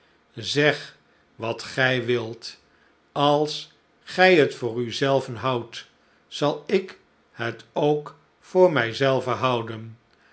zeg wat gij wilt als gij het voor u zelve houdt zal ik het ook voor mij zelven houden